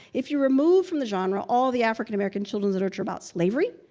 if you remove from the genre all the african american children's literature about slavery,